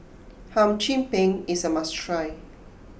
Hum Chim Peng is a must try